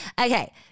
Okay